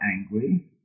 angry